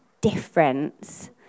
difference